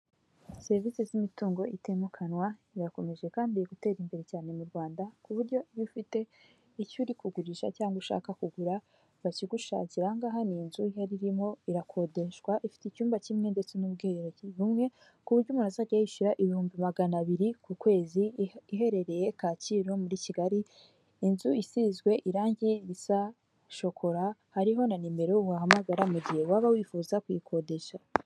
Serivisi z'imitungo itimukanwa irakomeje kandi gutera imbere cyane mu Rwanda ku buryo iyo ufite icyo uri kugurisha cyangwa ushaka kugura bakigushakiraahangaha ni inzu hari irimo irakodeshwa ifite icyumba kimwe ndetse n'ubwiherero bumwe ku buryo umuntu azajya yishyura ibihumbi magana abiri ku kwezi iherereye Kacyiru muri kigali inzu isizwe irangi riza shokora hariho na nimero wahamagara mu gihe waba wifuza kuyikodesha.